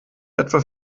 etwa